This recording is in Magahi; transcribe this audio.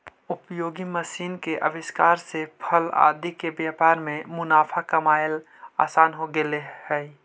उपयोगी मशीन के आविष्कार से फल आदि के व्यापार में मुनाफा कमाएला असान हो गेले हई